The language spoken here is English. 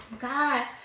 God